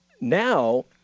now